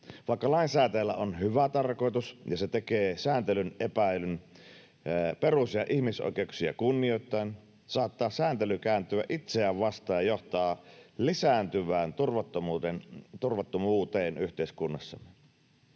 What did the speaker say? Vaikka lainsäätäjällä on hyvä tarkoitus ja se tekee sääntelyn epäillyn perus- ja ihmisoikeuksia kunnioittaen, saattaa sääntely kääntyä itseään vastaan ja johtaa lisääntyvään turvattomuuteen yhteiskunnassamme.